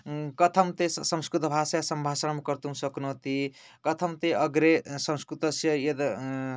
कथं ते स संस्कृतभाषायां सम्भाषणं कर्तुं शक्नोति कथं ते अग्रे संस्कृतस्य यद्